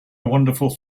wonderful